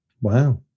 Wow